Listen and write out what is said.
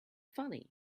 funny